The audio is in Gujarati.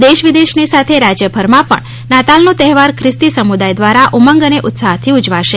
દેશ વિદેશની સાથે રાજયભરમાં પણ નાતાલનો તહેવાર ખ્રિસ્તી સમુદાય દ્વારા ઉમંગ અને ઉત્સાહથી ઉજવાશે